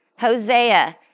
Hosea